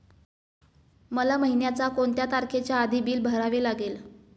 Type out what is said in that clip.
मला महिन्याचा कोणत्या तारखेच्या आधी बिल भरावे लागेल?